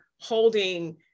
holding